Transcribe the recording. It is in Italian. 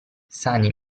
sani